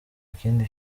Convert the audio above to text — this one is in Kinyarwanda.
ikindi